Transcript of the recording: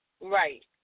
Right